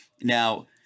now